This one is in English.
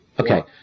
Okay